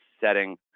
setting